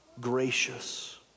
gracious